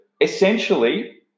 essentially